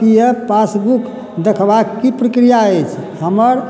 पी F passbook देखबाक कि प्रक्रिया अछि हमर